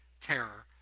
terror